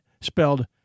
spelled